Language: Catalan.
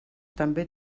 també